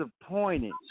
disappointed